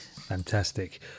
Fantastic